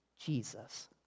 Jesus